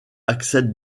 accèdent